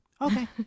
okay